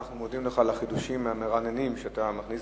אנחנו מודים לך על החידושים המרעננים שאתה מכניס